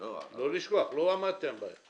לא לשכוח, לא עמדתם בהן